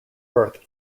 birth